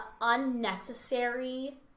unnecessary